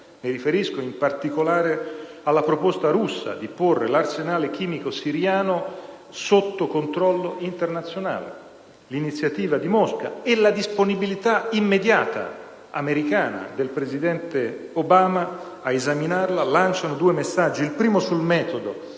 mi riferisco in particolare alla proposta russa di porre l'arsenale chimico siriano sotto controllo internazionale. L'iniziativa di Mosca e la immediata disponibilità americana, del presidente Obama, a esaminarla lanciano due messaggi. Il primo sul metodo: